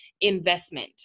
investment